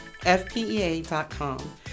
fpea.com